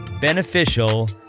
beneficial